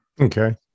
Okay